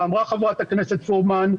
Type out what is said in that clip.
ואמרה חברת הכנסת פרומן,